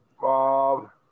Bob